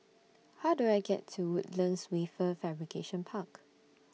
How Do I get to Woodlands Wafer Fabrication Park